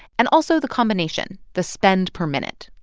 and also the combination the spend per minute.